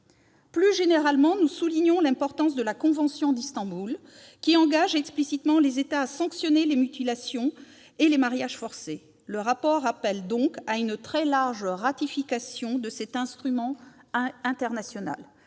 Plus généralement, nous soulignons l'importance de la convention d'Istanbul, qui engage explicitement les États à sanctionner les mutilations et les mariages forcés. Le rapport appelle donc à une très large ratification de cet instrument international